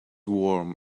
warm